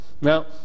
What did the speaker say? Now